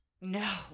no